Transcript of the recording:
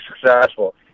successful